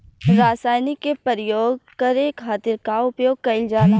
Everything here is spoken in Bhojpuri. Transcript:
रसायनिक के प्रयोग करे खातिर का उपयोग कईल जाला?